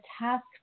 task